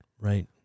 Right